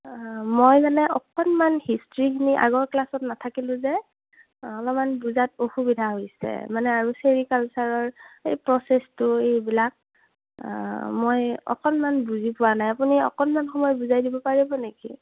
মই মানে অকণমান হিষ্ট্ৰীখিনি আগৰ ক্লাছত নাথাকিলোঁ যে অলপমান বুজাত অসুবিধা হৈছে মানে আৰু চেৰিকালচাৰৰ এই প্ৰচেছটো এইবিলাক মই অকণমান বুজি পোৱা নাই আপুনি অকণমান সময় বুজাই দিব পাৰিব নেকি